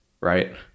Right